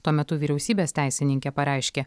tuo metu vyriausybės teisininkė pareiškė